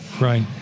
Right